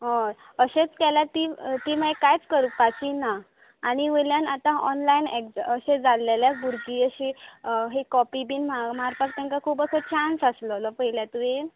हय अशेंच केल्यार ती मागीर कांयच करपाची ना आनी वयल्यान आतां ओनलायन एक्जाम अशे जालेल्याक भुरगीं अशीं कॉपी बी मार मारपाक तांकां अशें चान्स आसलेलो पयल्या तुवें